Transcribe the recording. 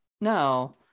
No